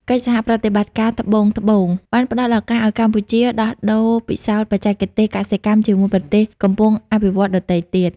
កិច្ចសហប្រតិបត្តិការត្បូង-ត្បូង បានផ្ដល់ឱកាសឱ្យកម្ពុជាដោះដូរពិសោធន៍បច្ចេកទេសកសិកម្មជាមួយប្រទេសកំពុងអភិវឌ្ឍន៍ដទៃទៀត។